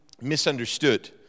misunderstood